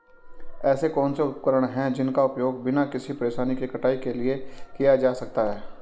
ऐसे कौनसे उपकरण हैं जिनका उपयोग बिना किसी परेशानी के कटाई के लिए किया जा सकता है?